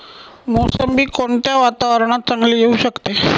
मोसंबी कोणत्या वातावरणात चांगली येऊ शकते?